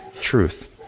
Truth